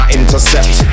intercept